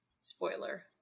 Spoiler